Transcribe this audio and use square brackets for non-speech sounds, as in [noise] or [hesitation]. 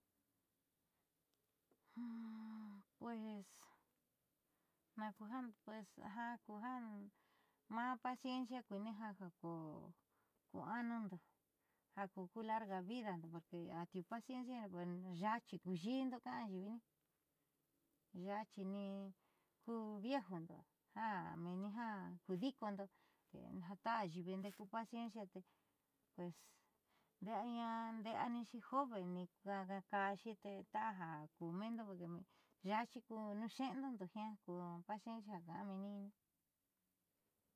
Pues nakuja ja kuja maa paciencia kui'ini jaku ku anundo jaku ku arga vidando porque atiuu paciencia ya'a chi ku yi'indo ka'a ayiivi ne ya'achi ku viejundo jameenni kuudi'ikondo ta ayiivi ndeeku paciencia tee pues nde'eaña, nde'eañixi joven ka'axi te ta k [hesitation] endo ya'achi kunuuxe'enundo jiaa ku paciencia ja ka'ameeni'ini.